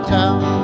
town